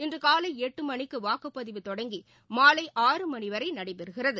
இன்று காலை எட்டு மணிக்கு வாக்குப்பதிவு தொடங்கி மாலை ஆறுமணி வரை நடைபெறுகிறது